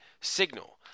signal